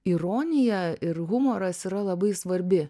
ironija ir humoras yra labai svarbi